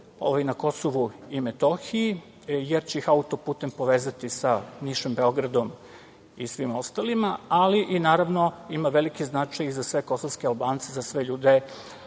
žive na Kosovu i Metohiji, jer će ih auto-putem povezati sa Nišom, Beogradom i svima ostalima, ali, naravno, ima veliki značaj i za sve kosovske Albance, za sve ljude